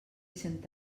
cent